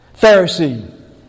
Pharisee